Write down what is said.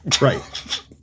Right